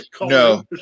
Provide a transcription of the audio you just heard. No